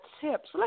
tips